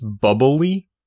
bubbly